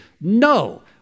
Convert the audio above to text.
No